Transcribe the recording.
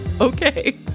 Okay